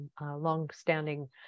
longstanding